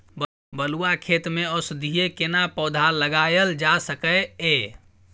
बलुआ खेत में औषधीय केना पौधा लगायल जा सकै ये?